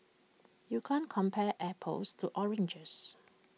you can't compare apples to oranges